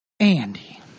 Andy